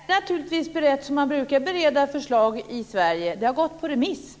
Fru talman! Det här förslaget är naturligtvis berett så som man brukar bereda förslag i Sverige. Det har gått på remiss.